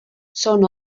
són